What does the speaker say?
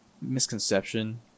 misconception